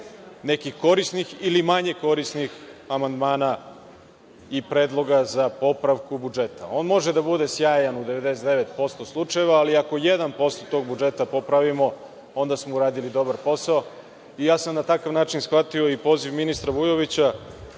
nekih korisnih ili manje korisnih amandmana i predloga za popravku budžeta. On može da bude sjajan u 99% slučajeva, ali ako 1% tog budžeta popravimo, onda smo uradili dobar posao. Ja sam na takav način shvatio i poziv ministra Vujovića